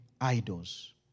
idols